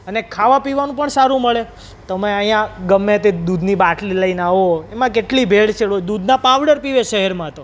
અને ખાવા પીવાનું પણ સારું મળે તમે અહીંયા ગમે તે દૂધની બાટલી લઈને આવો એમાં કેટલી ભેળસેળ હોય દૂધના પાવડર પીવે શહેરમાં તો